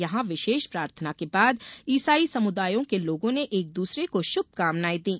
यहां विशेष प्रार्थना के बाद इसाई समुदायों के लोगों ने एक दूसरे को शुभकामनाएं दी